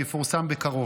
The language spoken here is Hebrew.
שיפורסם בקרוב.